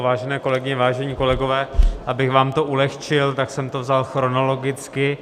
Vážené kolegyně, vážení kolegové, abych vám to ulehčil, tak jsem to vzal chronologicky.